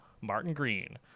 Martin-Green